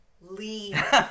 leave